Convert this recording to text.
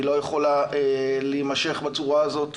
היא לא יכולה להימשך בצורה הזאת,